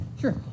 Sure